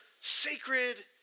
sacred